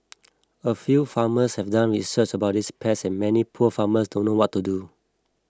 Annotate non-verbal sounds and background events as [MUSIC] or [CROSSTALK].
[NOISE] a few farmers have done research about these pests and many poor farmers don't know what to do